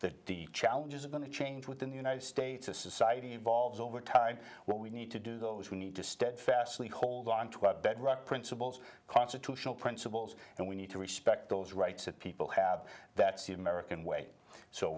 that deep challenges are going to change within the united states a society evolves over time what we need to do though is we need to steadfastly hold onto the bedrock principles constitutional principles and we need to respect those rights that people have that's the american way so